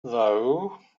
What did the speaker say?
though